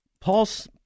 Paul's